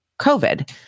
COVID